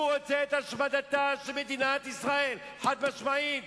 הוא רוצה את השמדתה של מדינת ישראל, חד-משמעית.